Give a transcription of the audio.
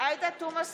שלאחר הקריאה הטרומית